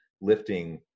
lifting